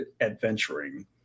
adventuring